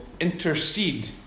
intercede